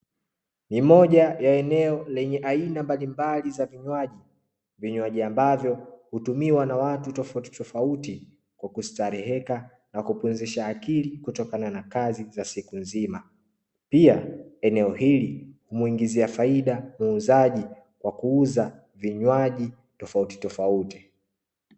Ndani ya eneo lenye aina mbalimbali za vinywaji, vinywaji ambavyo hutumiwa na watu tofauti tofauti ukistareheka na kupumzisha akili kutokana na kazi za siku nzima pia eneo hili huingizia faida muuzaji kwa kuuza vinywaji tofauti tofauti.